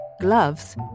gloves